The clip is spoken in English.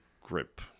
grip